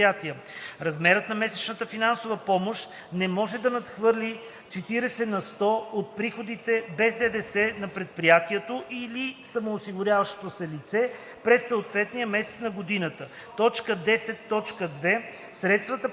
помощ не може да надхвърли 40 на сто от приходите без ДДС на предприятието или самоосигуряващото се лице през съответния месец на годината.